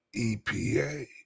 EPA